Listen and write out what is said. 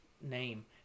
name